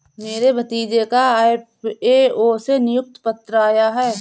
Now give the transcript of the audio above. मेरे भतीजे का एफ.ए.ओ से नियुक्ति पत्र आया है